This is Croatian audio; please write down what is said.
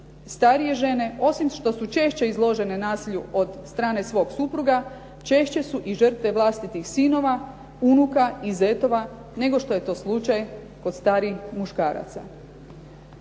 starije žene osim što su češće izložene nasilju od strane svoga supruga češće su i žrtve vlastitih sinova, unuka i zetova nego što je to slučaj kod starijih muškaraca.